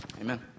Amen